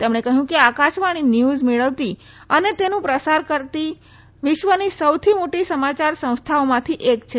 તેમણે કહ્યું કે આકાશવાણી ન્યૂઝ મેળવતી અને તેનું પ્રસાર કરતી વિશ્વની સોથી મોટી સમાચાર સંસ્થાઓમાંથી એક છે